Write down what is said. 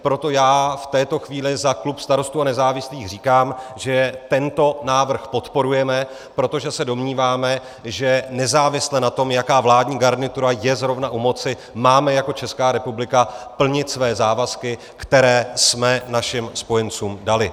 Proto v této chvíli za klub Starostů a nezávislých říkám, že tento návrh podporujeme, protože se domníváme, že nezávisle na tom, jaká vládní garnitura je zrovna u moci, máme jako Česká republika plnit své závazky, které jsme našim spojencům dali.